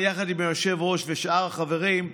יחד עם היושב-ראש ושאר החברים: